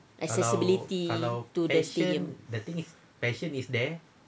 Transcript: accessibility to the stadium